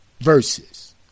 Verses